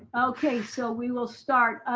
okay, so we will start.